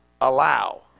allow